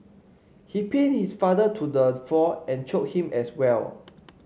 he pinned his father to the floor and choked him as well